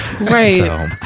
Right